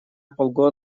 полтора